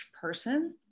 person